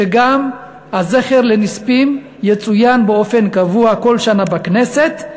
שגם זכר הנספים יצוין באופן קבוע בכל שנה בכנסת,